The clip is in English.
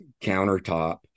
countertop